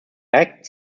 act